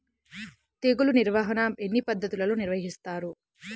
తెగులు నిర్వాహణ ఎన్ని పద్ధతులలో నిర్వహిస్తారు?